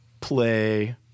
play